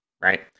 right